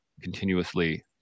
continuously